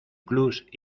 clubs